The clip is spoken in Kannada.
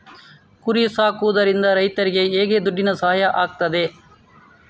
ಕುರಿ ಸಾಕುವುದರಿಂದ ರೈತರಿಗೆ ಹೇಗೆ ದುಡ್ಡಿನ ಸಹಾಯ ಆಗ್ತದೆ?